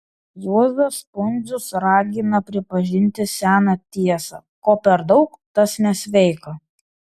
juozas pundzius ragina pripažinti seną tiesą ko per daug tas nesveika